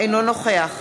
אינו נוכח